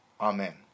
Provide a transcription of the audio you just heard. Amen